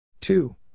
Two